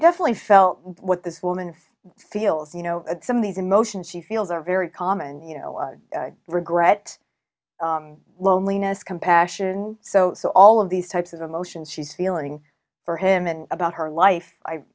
definitely felt what this woman feels you know some of these emotions she feels are very common you know i regret loneliness compassion so all of these types of emotions she's feeling for him and about her life i